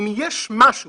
אם יש משהו